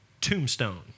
Tombstone